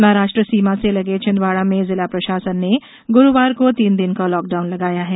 महाराष्ट्र सीमा से लगे छिंदवाड़ा में जिला प्रशासन ने गुरूवार को तीन दिन का लॉकडाउन लगाया है